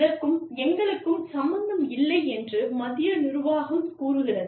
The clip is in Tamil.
இதற்கும் எங்களுக்கும் சம்பந்தம் இல்லை என்று மத்திய நிர்வாகம் கூறுகிறது